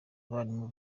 abarimu